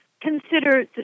Consider